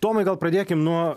tomai gal pradėkim nuo